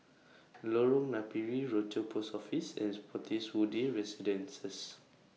Lorong Napiri Rochor Post Office and Spottiswoode Residences